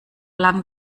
lang